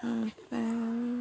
फाइ